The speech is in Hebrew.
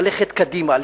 ללכת קדימה,